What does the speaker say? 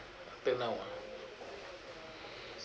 till now ah